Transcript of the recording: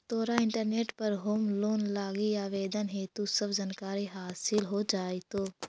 तोरा इंटरनेट पर home loan लागी आवेदन हेतु सब जानकारी हासिल हो जाएतो